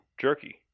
jerky